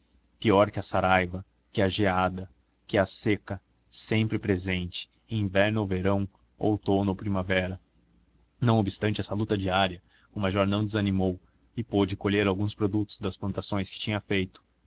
pior que a saraiva que a geada que a seca sempre presente inverno ou verão outono ou primavera não obstante essa luta diária o major não desanimou e pôde colher alguns produtos das plantações que tinha feito